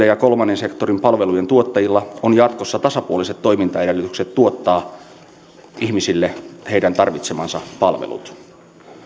ja kolmannen sektorin palvelujen tuottajilla on jatkossa tasapuoliset toimintaedellytykset tuottaa ihmisille heidän tarvitsemansa palvelut